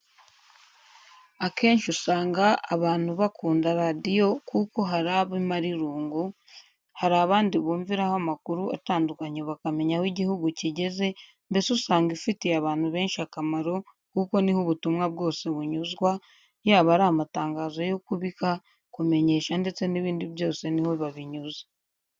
Akenshi usanga abantu bakunda radiyo kuko hari abo imara irungu, hari abandi bumviraho amakuru atandukanye bakamenya aho igihugu kigeze mbese usanga ifitiye abantu benshi akamaro kuko ni ho ubutumwa bwose bunyuzwa, yaba ari amatangazo yo kubika, kumenyesha ndetse n'ibindi byose ni ho babinyuza.